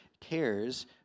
cares